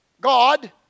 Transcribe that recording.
God